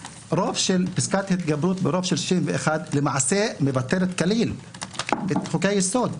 פסקת התגברות ברוב של 61 למעשה מבטלת כליל את חוקי היסוד.